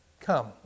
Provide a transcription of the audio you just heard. come